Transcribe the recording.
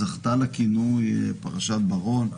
זכתה לכינוי פרשת בר-און.